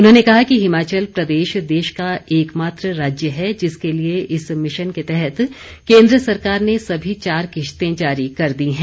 उन्होंने कहा कि हिमाचल प्रदेश देश का एकमात्र राज्य है जिसके लिए इस मिशन के तहत केन्द्र सरकार ने सभी चार किश्तें जारी कर दी हैं